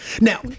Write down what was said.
now